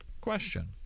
question